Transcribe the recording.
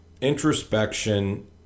introspection